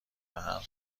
دهم